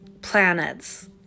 planets